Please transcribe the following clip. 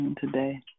today